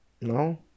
No